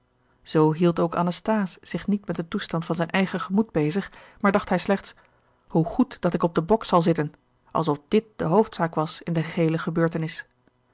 zoo hield ook anasthase zich niet met den toestand van zijn eigen gemoed bezig maar dacht hij slechts hoe goed dat ik op den bok zal zitten alsof dit de hoofdzaak was in de geheele gebeurtenis